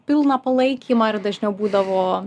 pilną palaikymą ir dažniau būdavo